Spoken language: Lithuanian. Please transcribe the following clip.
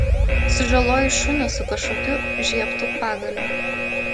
sužalojo šunį su kažkokiu žiebtu pagaliu